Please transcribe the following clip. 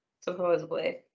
supposedly